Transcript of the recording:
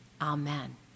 Amen